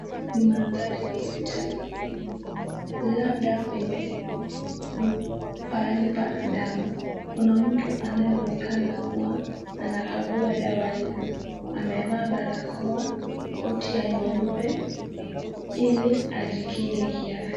Ni mandhari ya hospitalini, labda kwenye pahali pa dawa. Kuna mtu anayeonekana kuwa labda anakagua hizo. Amevaa barakoa, koti ya nyeupe, ili ajikinge kiafya.